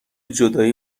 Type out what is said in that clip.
جدایی